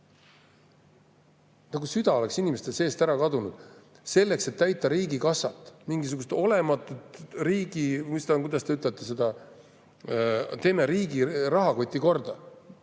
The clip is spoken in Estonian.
Nagu süda oleks inimestel seest ära kadunud. Selleks, et täita riigikassat, mingisugust olematut riigi … Mis ta on, kuidas te ütlete? Teeme riigi rahakoti korda.